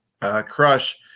Crush